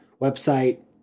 website